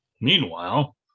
Meanwhile